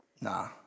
Nah